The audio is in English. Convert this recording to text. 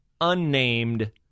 unnamed